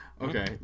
okay